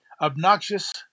obnoxious